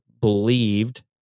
believed